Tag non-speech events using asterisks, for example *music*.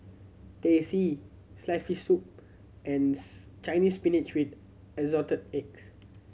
Teh C sliced fish soup and *unintelligible* Chinese Spinach with Assorted Eggs